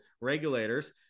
regulators